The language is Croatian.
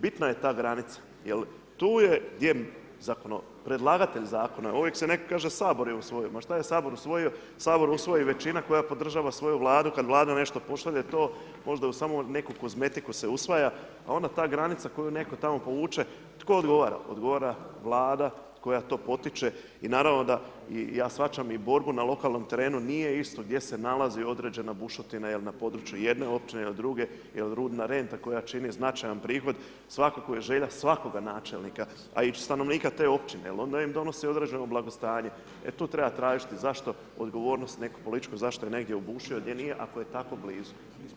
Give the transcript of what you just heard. Bitna je ta granica jer tu je predlagatelj zakona, uvijek se kaže Sabor je usvojio, ma šta je Sabor usvojio, Sabor usvoji većina koja podržava svoju Vladu, kad Vlada nešto pošalje to, možda u samo neku kozmetiku se usvaja pa onda ta granica koju netko tamo povuče, tko odgovara, odgovara Vlada koja to potiče i naravno da i ja shvaćam i borbu na lokalnom terenu, nije isto gdje se nalazi određena bušotina, jel' na području jedne općine ili druge, jel' rudna renta koja čini značajan prihod, svakako je želja svakog načelnika a i stanovnika te općine jer onda im donosi određeno blagostanje, e tu treba tražiti, odgovornost neku političku, zašto je netko ubušio, gdje nije, ako je tako blizu.